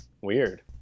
Weird